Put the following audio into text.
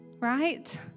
Right